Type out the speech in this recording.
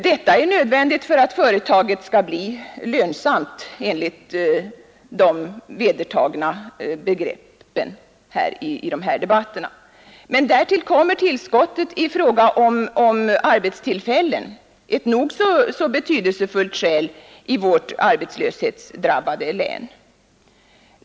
Detta är nödvändigt för att företaget skall bli lönsamt, i den mening som är vedertagen i debatterna. Men därtill kommer tillskottet i fråga om arbetstillfällen — ett nog så betydelsefullt skäl i vårt arbetslöshetsdrabbade län.